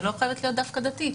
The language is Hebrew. היא לא חייבת להיות דווקא דתית.